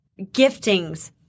giftings